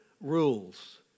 rules